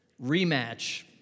rematch